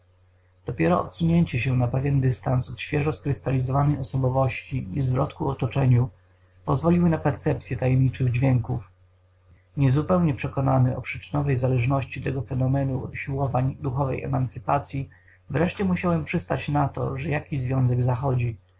dopiero odsunięcie się na pewien dystans od świeżo skrystalizowanej osobowości i zwrot ku otoczeniu pozwoliły na percepcyę tajemniczych dźwięków niezupełnie przekonany o przyczynowej zależności tego fenomenu od usiłowań duchowej emancypacyi wreszcie musiałem przystać na to że jakiś związek zachodzi